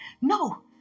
No